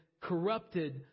corrupted